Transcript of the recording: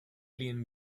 alien